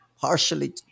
partially